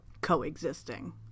coexisting